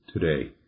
today